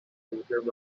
positions